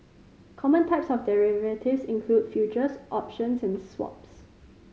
common types of derivatives include futures options and swaps